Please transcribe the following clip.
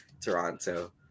Toronto